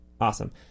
awesome